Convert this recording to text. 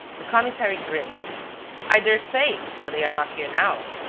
the commissary grinned i dare say but they are not here now.